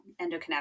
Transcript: endocannabinoids